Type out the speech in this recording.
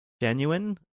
genuine